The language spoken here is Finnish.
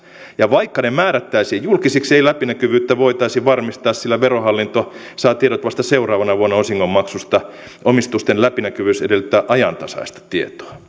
ja vaikka ne määrättäisiin julkisiksi ei läpinäkyvyyttä voitaisi varmistaa sillä verohallinto saa tiedot vasta seuraavana vuonna osingon maksusta omistusten läpinäkyvyys edellyttää ajantasaista tietoa